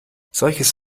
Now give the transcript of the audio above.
solches